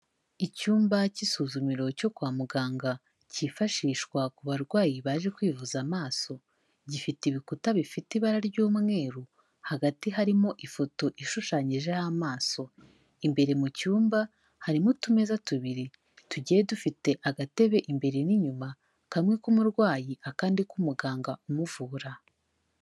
Icyumba k'isuzumiriro cyo kwa muganga, kifashishwa ku barwayi baje kwivuza amaso, gifite ibikuta bifite ibara ry'umweru, hagati harimo ifoto ishushanyijeho amaso imbere mu cyumba harimo utumeza tubiri tugiye dufite agatebe imbere n'inyuma, kamwe k'umurwayi akandi k'umuganga umuvura.